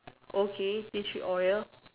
okay tea tree oil